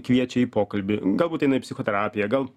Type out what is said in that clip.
kviečia į pokalbį galbūt eina į psichoterapiją gal